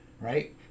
right